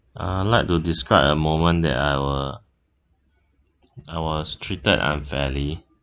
uh I like to describe a moment that I were I was treated unfairly